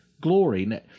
glory